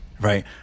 right